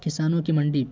کسانوں کی منڈی